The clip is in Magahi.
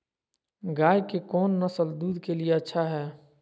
गाय के कौन नसल दूध के लिए अच्छा है?